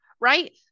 right